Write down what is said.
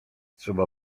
trzeba